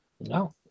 No